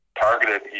targeted